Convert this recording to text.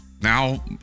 Now